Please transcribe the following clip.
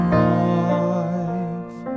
life